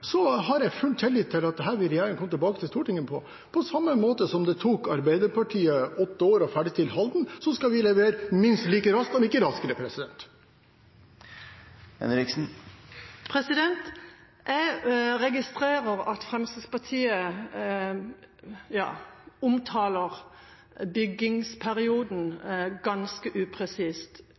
Så det beklager jeg sterkt. Når det gjelder det andre spørsmålet, har jeg full tillit til at dette vil regjeringen komme tilbake til Stortinget med. På samme måte som det tok Arbeiderpartiet åtte år å ferdigstille Halden fengsel, skal vi levere minst like raskt – om ikke raskere. Jeg registrerer at Fremskrittspartiet omtaler byggeperioden ganske upresist.